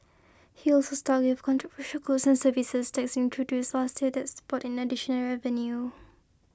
he also stuck with controversial goods and services tax introduced last year that's brought in additional revenue